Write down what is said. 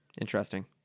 Interesting